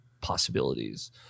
possibilities